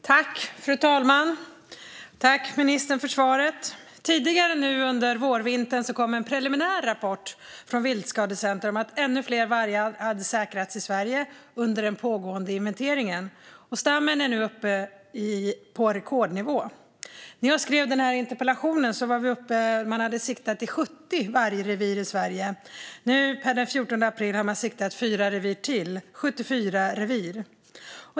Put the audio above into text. Fru talman! Jag tackar ministern för svaret. Tidigare under vårvintern kom en preliminär rapport från Viltskadecenter om att ännu fler vargar har säkrats i Sverige under den pågående inventeringen. Stammen är nu uppe på rekordnivå. När jag skrev interpellationen hade 70 vargrevir siktats i Sverige. Nu per den 14 april har ytterligare 4 revir siktats, alltså 74 revir.